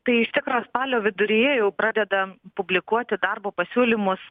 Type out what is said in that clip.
tai iš tikro spalio viduryje jau pradedam publikuoti darbo pasiūlymus